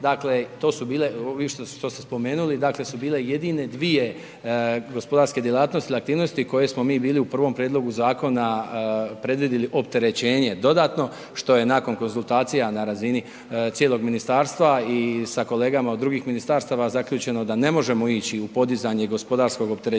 dakle su bile jedine dvije gospodarske djelatnosti ili aktivnosti koje smo mi bili u prvom prijedlogu zakona predvidjeli opterećenje dodatno, što je nakon konzultacija na razini cijelog ministarstva i sa kolegama od drugih ministarstava zaključeno da ne možemo ići u podizanje gospodarskog opterećenja